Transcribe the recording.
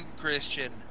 Christian